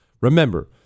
remember